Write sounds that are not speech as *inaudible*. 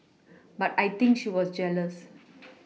but I think she was jealous *noise*